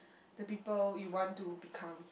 the people you want to become